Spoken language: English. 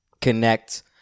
connect